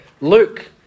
Luke